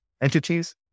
entities